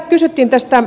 hyvä niin